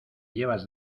llevas